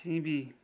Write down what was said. सिमी